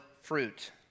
fruit